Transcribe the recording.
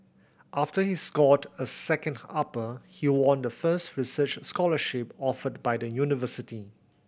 after he scored a second upper he won the first research scholarship offered by the university